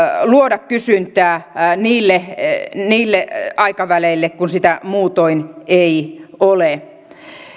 luoda kysyntää niille niille aikaväleille kun sitä muutoin ei ole